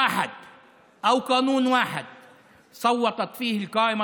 הייתה הצבעה אחת או חוק אחד שהרשימה המשותפת